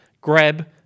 grab